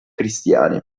cristiani